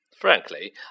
Frankly